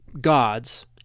gods